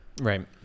Right